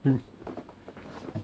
um